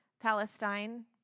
Palestine